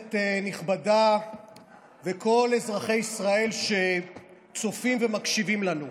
כנסת נכבדה וכל אזרחי ישראל שצופים ומקשיבים לנו,